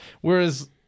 Whereas